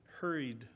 hurried